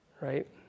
right